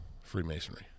Freemasonry